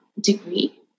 degree